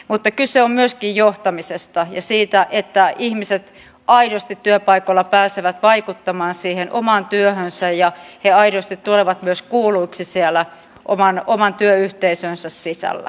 mutta kyse on myöskin johtamisesta ja siitä että ihmiset aidosti työpaikoilla pääsevät vaikuttamaan siihen omaan työhönsä ja aidosti tulevat myös kuulluiksi siellä oman työyhteisönsä sisällä